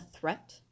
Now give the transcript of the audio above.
threat